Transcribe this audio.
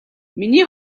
миний